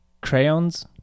crayons